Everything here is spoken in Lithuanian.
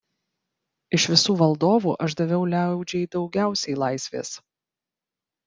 iš visų valdovų aš daviau liaudžiai daugiausiai laisvės